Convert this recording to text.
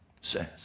says